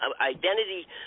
identity